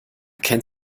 kennt